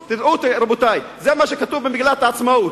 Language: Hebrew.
נציגות" תדעו, רבותי, זה מה שכתוב במגילת העצמאות,